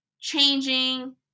changing